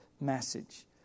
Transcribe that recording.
message